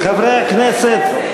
חברי הכנסת,